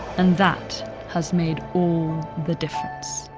and that has made all the difference.